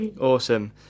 Awesome